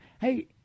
hey